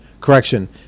correction